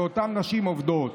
לאותן נשים עובדות,